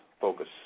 focus